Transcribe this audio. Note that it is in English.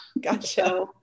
Gotcha